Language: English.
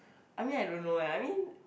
I mean I don't know eh I mean